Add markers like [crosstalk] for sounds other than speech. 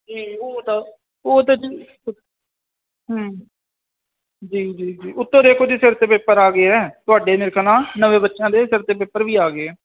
ਅਤੇ ਉਹ ਤਾਂ ਉਹ ਤਾਂ ਜੀ ਹਮ ਜੀ ਜੀ ਜੀ ਉੱਤੋਂ ਦੇਖੋ ਜੀ ਸਿਰ 'ਤੇ ਪੇਪਰ ਆ ਗਏ ਹੈ ਤੁਹਾਡੇ [unintelligible] ਨਵੇਂ ਬੱਚਿਆਂ ਦੇ ਸਿਰ 'ਤੇ ਪੇਪਰ ਵੀ ਆ ਗਏ